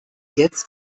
jetzt